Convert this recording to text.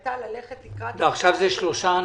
יהיה עד לשעה מסוימת,